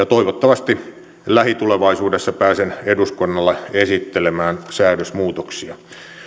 toivottavasti lähitulevaisuudessa pääsen eduskunnalle esittelemään säädösmuutoksia